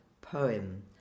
poem